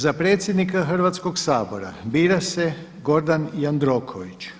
Za predsjednika Hrvatskog sabora bira se Gordan Jandroković.